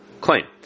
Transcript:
claim